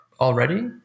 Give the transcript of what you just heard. already